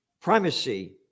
primacy